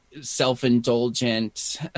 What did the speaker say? Self-indulgent